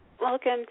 welcome